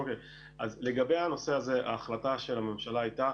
אז לגבי הנושא הזה ההחלטה של הממשלה הייתה